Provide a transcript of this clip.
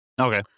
Okay